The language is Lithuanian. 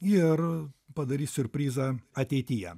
ir padarys siurprizą ateityje